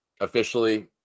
officially